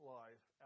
life